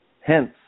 Hence